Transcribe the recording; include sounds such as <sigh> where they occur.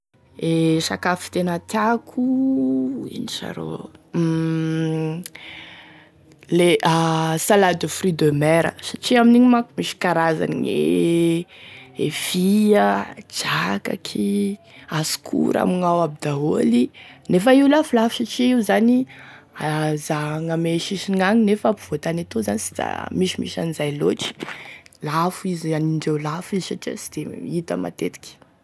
E sakafo tena tiako <hesitation> ino sa ro <hesitation> le a <hesitation> salade de fruits de mer satria amin'igny manko misy karazany e <hesitation> e fia, drakaky, asokora amignao aby daholy nefa io lafolafo satria io zany <hesitation> zahagny ame sisiny agny nefa ampovoantany etoa sy da misimisy an'izay lotry, lafo izy, anin-dreo lafo izy satria sy de hita matetiky.